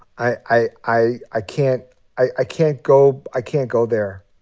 i i i i can't i i can't go i can't go there.